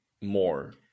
more